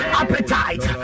appetite